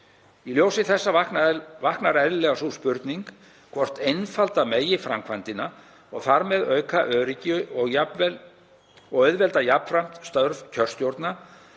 Í ljósi þessa vaknar eðlilega sú spurning hvort einfalda megi framkvæmdina og þar með auka öryggi og auðvelda jafnframt störf kjörstjórna